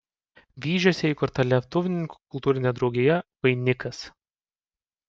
vyžiuose įkurta lietuvininkų kultūrinė draugija vainikas